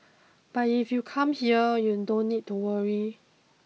but if you come here you don't need to worry